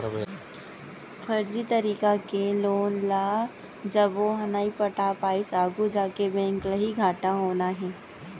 फरजी तरीका के लोन ल जब ओहा नइ पटा पाइस आघू जाके बेंक ल ही घाटा होना हे